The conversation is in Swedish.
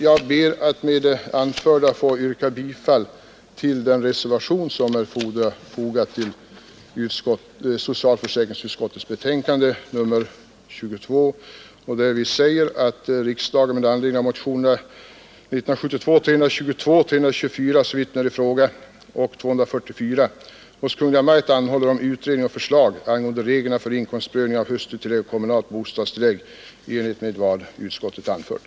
Jag ber att med det anförda få yrka bifall till den reservation som är fogad vid socialförsäkringsutskottets betänkande nr 22, där vi hemställer ”att riksdagen med anledning av motionerna 1972:322, 1972:324, såvitt nu är i fråga, och 1972:444 hos Kungl. Maj:t anhåller om utredning och förslag angående reglerna för inkomstprövning av hustrutillägg och kommunalt bostadstillägg i enlighet med vad utskottet anfört”.